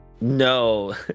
no